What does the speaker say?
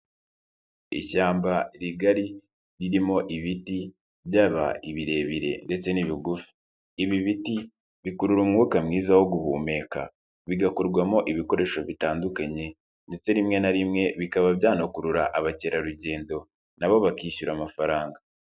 Ishyamba rigari ririmo ibiti byaba Ibirebire ndetse n'ibigufi, ibi biti bikurura umwuka mwiza wo guhumeka, bigakorwamo ibikoresho bitandukanye, ndetse rimwe na rimwe bikaba byanakurura abakerarugendo nabo bakishyura amafaranga.